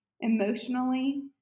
emotionally